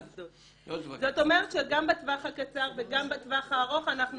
זאת אומרת שגם בטווח הקצר וגם בטווח הארוך אנחנו